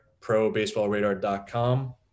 probaseballradar.com